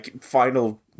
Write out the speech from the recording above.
final